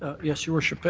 ah yes, your worship.